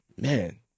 man